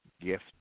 gift